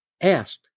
asked